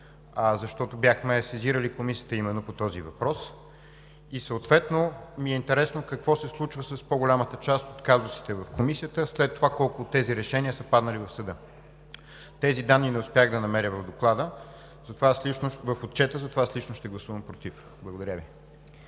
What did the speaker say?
защото бяхме сезирали Комисията именно по този въпрос? Интересно ми е и какво се случва с по-голямата част от казусите в Комисията, след това колко от тези решения са паднали от съда? Тези данни не успях да намеря в Отчета, затова аз лично ще гласувам „против“. Благодаря Ви.